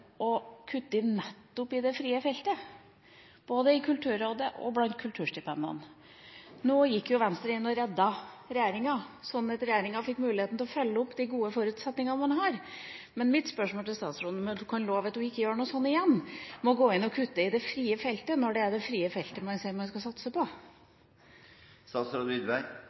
og kutter nettopp i det frie feltet – både i Kulturrådet og blant kulturstipendene. Nå gikk jo Venstre inn og reddet regjeringa, sånn at regjeringa fikk muligheten til å følge opp de gode forutsetningene de har. Men mitt spørsmål til statsråden er: Kan hun love at hun ikke gjør noe sånt igjen – å gå inn og kutte i det frie feltet når det er det frie feltet man sier man skal satse på?